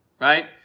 right